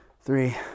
three